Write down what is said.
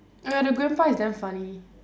oh ya the grandpa is damn funny